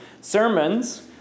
sermons